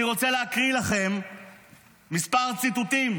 אני רוצה להקריא לכם מספר ציטוטים.